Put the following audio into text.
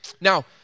Now